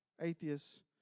Atheists